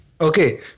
Okay